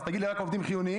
אז תגיד לי רק עובדים חיוניים?